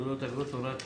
תעודות ואגרות) (הוראת שעה)